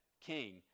king